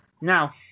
Now